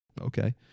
okay